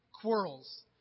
quarrels